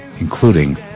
including